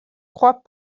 croient